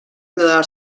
neler